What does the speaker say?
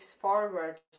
forward